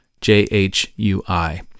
j-h-u-i